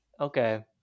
Okay